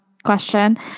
question